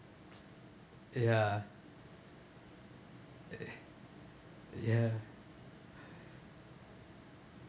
ya ya